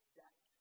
debt